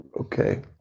okay